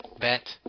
bet